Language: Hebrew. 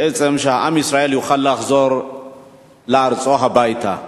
בעצם כדי שעם ישראל יוכל לחזור לארצו הביתה.